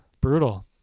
Brutal